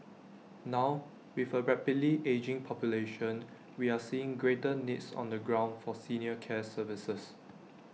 now with A rapidly ageing population we are seeing greater needs on the ground for senior care services